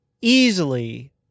easily